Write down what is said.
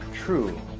true